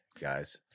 guys